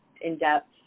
in-depth